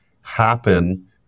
happen